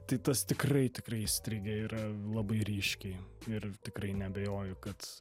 tai tas tikrai tikrai įstrigę yra labai ryškiai ir tikrai neabejoju kad